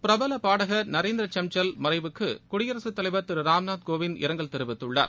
பிரபல பாடகர் நரேந்திர மறைவுக்கு சன்சல் குடியரசுத்தலைவர் திரு ராம்நாத் கோவிந்த் இரங்கல் தெரிவித்துள்ளார்